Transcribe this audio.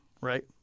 right